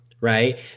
right